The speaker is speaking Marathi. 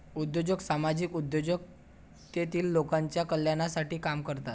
उद्योजक सामाजिक उद्योजक तेतील लोकांच्या कल्याणासाठी काम करतात